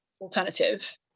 alternative